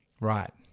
Right